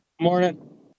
Morning